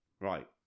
Right